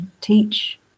teach